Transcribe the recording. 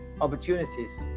opportunities